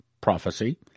prophecy